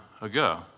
ago